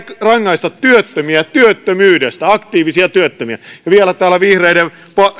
rangaista työttömiä työttömyydestä aktiivisia työttömiä ja vielä täällä vihreiden